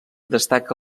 destaca